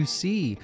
see